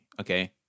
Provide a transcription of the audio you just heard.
okay